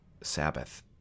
Sabbath